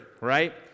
right